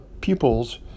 pupils